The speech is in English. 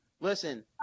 Listen